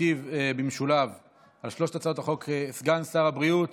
ישיב במשולב על שלוש הצעות החוק סגן שר הבריאות